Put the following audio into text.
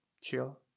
chill